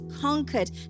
conquered